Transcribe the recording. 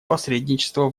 посредничества